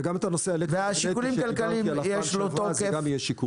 וגם את הנושא --- שדיברתי עליו פעם שעברה זה גם יהיה שיקול.